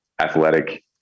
athletic